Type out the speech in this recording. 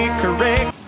correct